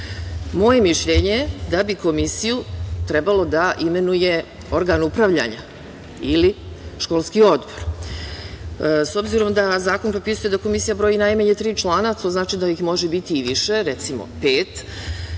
Moje mišljenje je da bi Komisiju trebalo da imenuje organ upravljanja ili školski odbor.S obzirom da Zakon propisuje da Komisija broji najmanje tri člana, što znači da ih može biti i više, recimo pet,